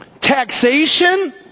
Taxation